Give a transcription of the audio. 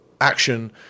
action